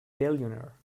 billionaire